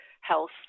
health